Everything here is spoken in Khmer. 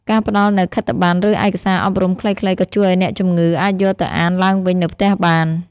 ការផ្តល់នូវខិត្តប័ណ្ណ ឬឯកសារអប់រំខ្លីៗក៏ជួយឱ្យអ្នកជំងឺអាចយកទៅអានឡើងវិញនៅផ្ទះបាន។